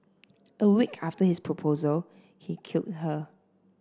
a week after his proposal he killed her